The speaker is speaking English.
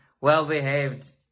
well-behaved